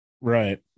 Right